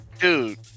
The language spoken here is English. dude